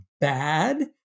bad